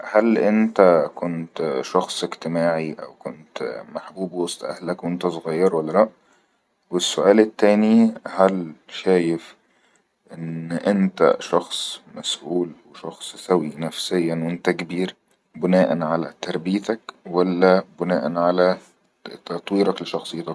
هل أنت كنت شخص اجتماعي أو كنت محبوب وسط اهلك وانت صغير ولا لا ؟ والسؤال التاني هل شايف أن أنت شخص مسؤول وشخص سوي نفسيا وانت كبير بناءن على تربيتك ولا بناءن على تطويرك لشخصيتك؟